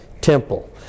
Temple